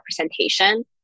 representation